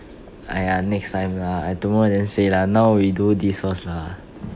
!aiya! next time lah I tomorrow then say lah now we do this first lah